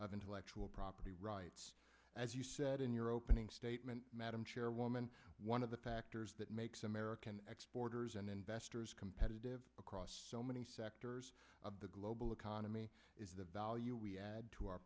of intellectual property rights as you said in your opening statement madam chairwoman one of the factors that makes american exporters and investors competitive across so many sectors of the global economy is the value we add to our